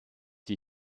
die